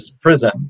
prison